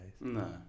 No